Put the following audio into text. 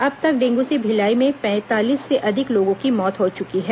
अब तक डेंगू से भिलाई में पैंतालीस से अधिक लोगों की मौत हो चुकी हैं